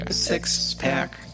Six-pack